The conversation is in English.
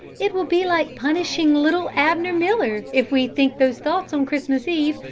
it will be like punishing little abner miller if we think those thoughts on christmas eve,